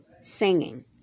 singing